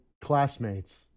classmates